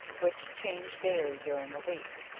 which change daily during a week,